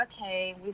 okay